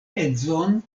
edzon